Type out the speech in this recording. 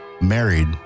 married